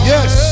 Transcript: Yes